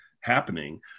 happening